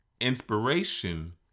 Inspiration